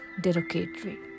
derogatory